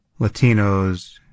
Latinos